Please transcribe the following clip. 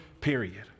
period